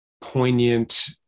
poignant